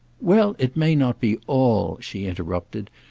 well, it may not be all, she interrupted,